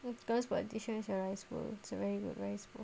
because politician is your rice bowl it's a very good rice bowl